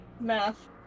math